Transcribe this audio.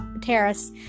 terrace